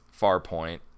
Farpoint